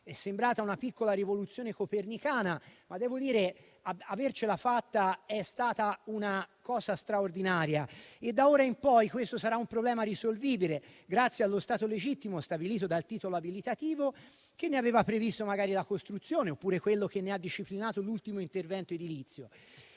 È sembrata una piccola rivoluzione copernicana, ma devo dire che avercela fatta è stata una cosa straordinaria e da ora in poi questo sarà un problema risolvibile grazie allo stato legittimo stabilito dal titolo abilitativo che ne aveva previsto magari la costruzione oppure quello che ne ha disciplinato l'ultimo intervento edilizio.